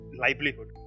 livelihood